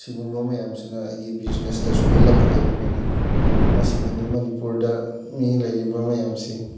ꯁꯤꯒꯨꯝꯕ ꯃꯌꯥꯝꯁꯤꯅ ꯑꯩꯒꯤ ꯕꯤꯖꯤꯅꯦꯁꯇ ꯁꯣꯏꯍꯜꯂꯛꯀꯗꯧꯔꯤꯕꯅꯤ ꯃꯁꯤꯗꯅꯤ ꯃꯅꯤꯄꯨꯔꯗ ꯃꯤ ꯂꯩꯔꯤꯕ ꯃꯌꯥꯝꯁꯦ